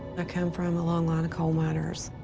ah come from a long line of coal miners.